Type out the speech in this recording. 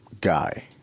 Guy